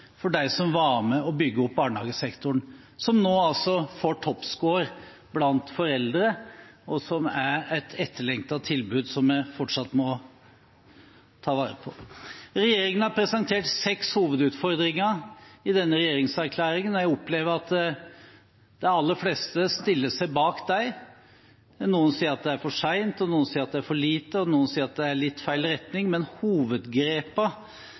for dem som var med på å bygge opp barnehagesektoren, som nå altså får toppscore blant foreldre, og som er et etterlengtet tilbud som vi fortsatt må ta vare på. Regjeringen har presentert seks hovedutfordringer i denne regjeringserklæringen, og jeg opplever at de aller fleste stiller seg bak dem. Noen sier at det er for sent, og noen sier at det er for lite, og noen sier at det er litt feil retning, men